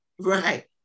Right